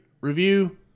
review